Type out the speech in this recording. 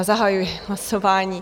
Zahajuji hlasování.